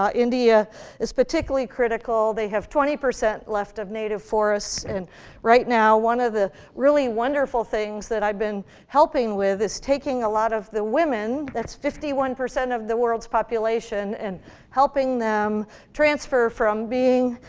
ah india is particularly critical. they have twenty percent left of native forest, and right now, one of the really wonderful things that i've been helping with is taking a lot of the women that's fifty one percent of the world's population and helping them transfer from being,